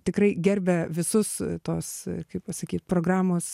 tikrai gerbia visus tos kaip pasakyt programos